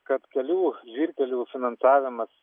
kad kelių žvyrkelių finansavimas